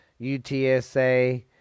UTSA